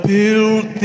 Built